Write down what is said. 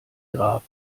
grab